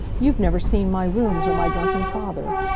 you've never seen my rooms or my drunken father.